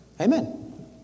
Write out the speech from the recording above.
Amen